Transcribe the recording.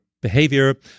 behavior